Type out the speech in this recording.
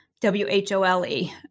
W-H-O-L-E